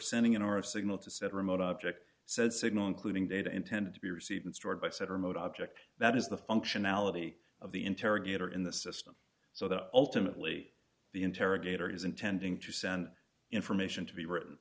sending in or of signal to said remote object said signal including data intended to be received and stored by said remote object that is the functionality of the interrogator in the system so that ultimately the interrogator is intending to send information to be written